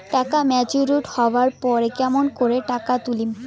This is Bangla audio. টাকা ম্যাচিওরড হবার পর কেমন করি টাকাটা তুলিম?